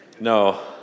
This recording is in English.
No